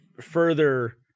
further